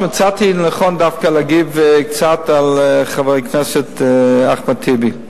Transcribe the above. מצאתי לנכון דווקא להגיב קצת על דברי חבר הכנסת אחמד טיבי,